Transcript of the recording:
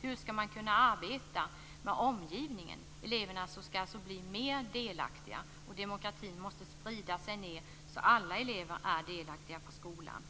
Hur skall man kunna arbeta med omgivningen? Eleverna skall alltså bli mer delaktiga. Demokratin måste sprida sig ned så att alla elever på skolan är delaktiga.